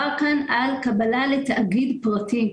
מדובר כאן על קבלה לתאגיד פרטי.